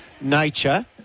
nature